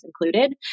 included